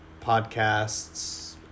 podcasts